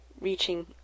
reaching